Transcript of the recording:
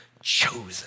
chosen